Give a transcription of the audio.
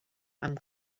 amb